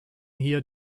hier